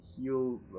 heal